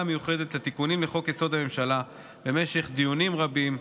המיוחדת לתיקונים לחוק-יסוד: הממשלה במשך דיונים רבים,